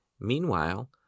Meanwhile